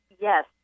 Yes